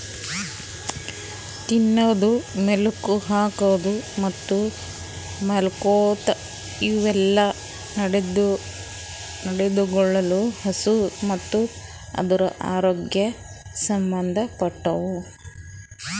ತಿನದು, ಮೇಲುಕ್ ಹಾಕದ್ ಮತ್ತ್ ಮಾಲ್ಕೋಮ್ದ್ ಇವುಯೆಲ್ಲ ನಡತೆಗೊಳ್ ಹಸು ಮತ್ತ್ ಅದುರದ್ ಆರೋಗ್ಯಕ್ ಸಂಬಂದ್ ಪಟ್ಟವು